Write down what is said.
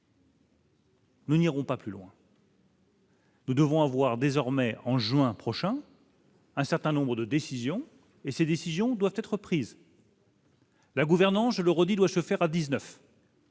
Nous n'irons pas plus loin. Nous devons avoir désormais en juin prochain. Un certain nombre de décisions et ces décisions doivent être prises. La gouvernance, je le redis, doit se faire à 19.